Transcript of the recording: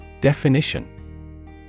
Definition